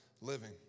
living